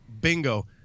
bingo